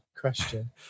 question